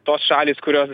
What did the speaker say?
tos šalys kurios